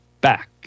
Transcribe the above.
back